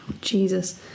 Jesus